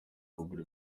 kugura